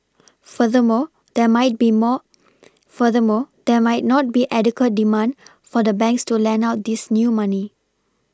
furthermore there might be more furthermore there might not be adequate demand for the banks to lend out this new money